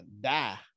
die